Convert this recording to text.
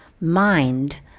mind